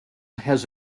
has